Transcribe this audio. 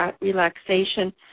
relaxation